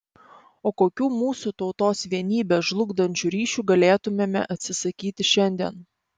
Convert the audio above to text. o kokių mūsų tautos vienybę žlugdančių ryšių galėtumėme atsisakyti šiandien